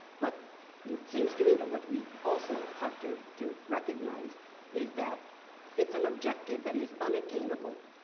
but it seems to me that what we also have to to recognize is that it's an objective that is unattainable.